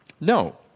no